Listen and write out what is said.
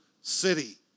city